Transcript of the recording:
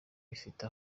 bifite